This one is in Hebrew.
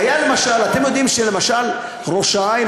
אתם יודעים למשל שראש-העין,